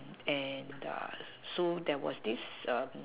and the so there was this um